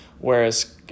Whereas